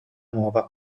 nuova